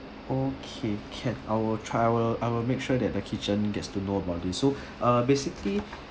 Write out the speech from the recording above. okay can I will try I will I will make sure that the kitchen gets to know about this so uh basically